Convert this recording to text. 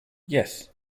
yes